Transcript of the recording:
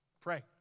Pray